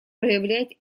проявлять